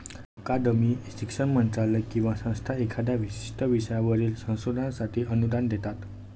अकादमी, शिक्षण मंत्रालय किंवा संस्था एखाद्या विशिष्ट विषयावरील संशोधनासाठी अनुदान देतात